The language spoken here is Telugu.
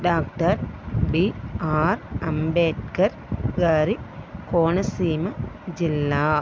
డాక్టర్ బీఆర్ అంబేద్కర్ గారి కోనసీమ జిల్లా